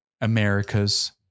America's